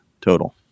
total